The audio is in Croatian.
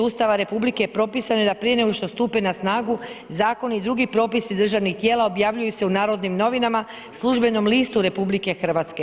Ustava RH propisano je da prije nego što stupi na snagu zakon i drugi propisi državnih tijela, objavljuju se u Narodnim novinama, Službenom listu RH.